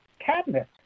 cabinet